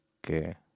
que